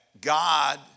God